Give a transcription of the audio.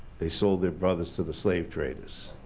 they sold their brothers to the slave traders.